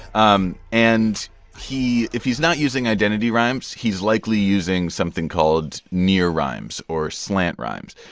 um and he if he's not using identity rhymes, he's likely using something called near rhymes or slant rhymes.